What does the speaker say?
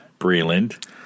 Breland